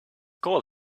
call